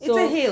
you still hail